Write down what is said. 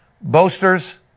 boasters